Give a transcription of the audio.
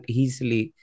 easily